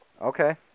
Okay